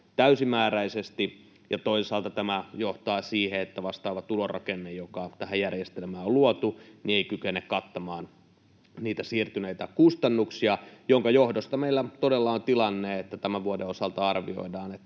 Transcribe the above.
täysimääräisesti. Toisaalta tämä johtaa siihen, että vastaava tulorakenne, joka tähän järjestelmään on luotu, ei kykene kattamaan niitä siirtyneitä kustannuksia, minkä johdosta meillä todella on tilanne, että tämän vuoden osalta arvioidaan, että